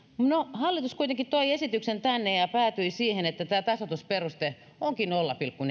hallitus kuitenkin toi esityksen tänne ja päätyi siihen että tämä tasoitusperuste onkin nolla pilkku